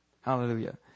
Hallelujah